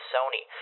Sony